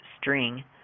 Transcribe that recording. string